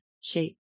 shape